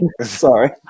Sorry